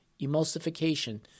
emulsification